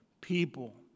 people